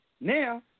Now